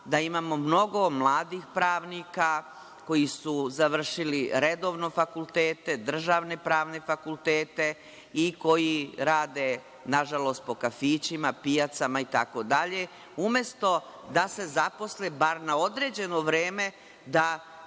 da imamo mnogo mladih pravnika koji su završili redovno fakultete, državne pravne fakultete i koji rade nažalost, po kafićima, pijacama itd. umesto da se zaposle bar na određeno vreme da